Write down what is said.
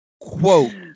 quote